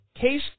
case